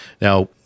Now